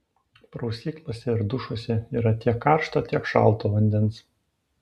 prausyklose ir dušuose yra tiek karšto tiek šalto vandens